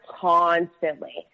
constantly